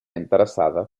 interessada